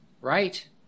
Right